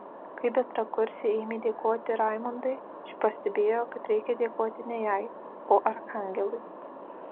kai bendrakursė ėmė dėkoti raimondai ši pastebėjo kad reikia dėkoti ne jai o arkangelui